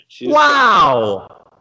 Wow